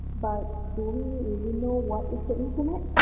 but do we really know what is the internet?